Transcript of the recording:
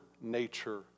nature